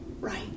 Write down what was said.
right